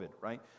right